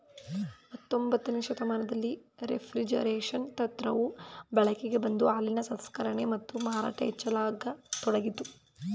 ಹತೊಂಬತ್ತನೇ ಶತಮಾನದಲ್ಲಿ ರೆಫ್ರಿಜರೇಷನ್ ತಂತ್ರವು ಬಳಕೆಗೆ ಬಂದು ಹಾಲಿನ ಸಂಸ್ಕರಣೆ ಮತ್ತು ಮಾರಾಟ ಹೆಚ್ಚಾಗತೊಡಗಿತು